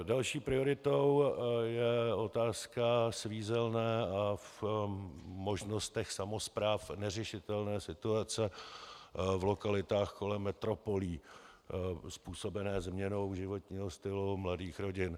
Další prioritou je otázka svízelné a v možnostech samospráv neřešitelné situace v lokalitách kolem metropolí způsobené změnou životního stylu mladých rodin.